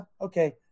okay